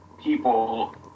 people